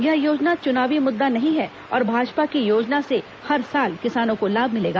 यह योजना चुनावी मुद्दा नहीं है और भाजपा की योजना से हर साल किसानों को लाभ मिलेगा